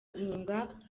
guhunga